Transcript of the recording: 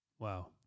Wow